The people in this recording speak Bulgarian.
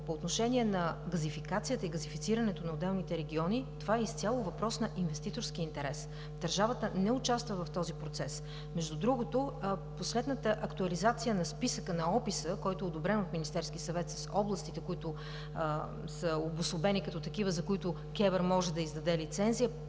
по отношение на газификацията и газифицирането на отделните региони, това е изцяло въпрос на инвеститорски интерес. Държавата не участва в този процес. Между другото, последната актуализация на списъка на описа, който е одобрен от Министерския съвет, с областите, които са обособени като такива, за които КЕВР може да издаде лицензия